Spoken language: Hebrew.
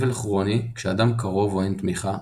אבל כרוני כשאדם קרוב או אין תמיכה,